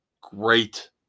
great